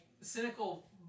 cynical